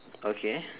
okay